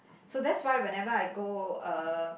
so that's why whenever I go uh